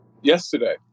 yesterday